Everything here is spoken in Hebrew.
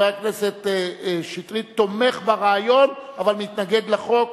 הכנסת שטרית תומך ברעיון אבל מתנגד לחוק,